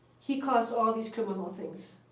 he caused all these criminal things.